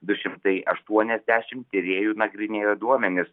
du šimtai aštuoniasdešim tyrėjų nagrinėjo duomenis